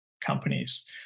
companies